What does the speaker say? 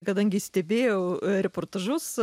kadangi stebėjau reportažus